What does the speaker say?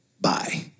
Bye